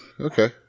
okay